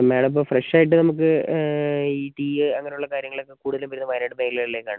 madam ഇപ്പോൾ fresh ആയിട്ട് നമുക്ക് ഈ ടീയ് അങ്ങനെയുള്ള കാര്യങ്ങളൊക്കെ കൂടുതലും വരുന്നത് വയനാട് മേഖലകളിലേയ്ക്ക് ആണ്